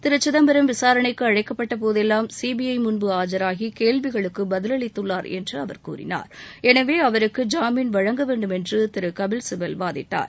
திரு சிதம்பரம் விசாரணைக்கு அழைக்கப்பட்ட போதெல்லாம் சிபிஐ முன்பு ஆஜாகி கேள்விகளுக்கு பதில் அளித்துள்ளார் என்று கூறினார் எனவே அவருக்கு ஜாமீன் வழங்கவேண்டும் என்று திரு கபில்சிபல் வாதிட்டார்